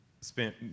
spent